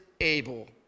able